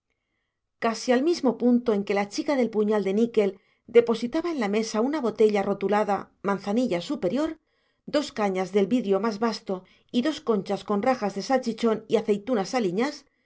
casi al mismo punto en que la chica del puñal de níquel depositaba en la mesa una botella rotulada manzanilla superior dos cañas del vidrio más basto y dos conchas con rajas de salchichón y aceitunas aliñás se